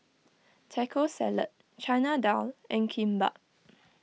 Taco Salad Chana Dal and Kimbap